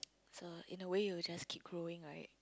so in a way you will just keep growing right